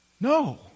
No